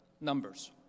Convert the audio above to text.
numbers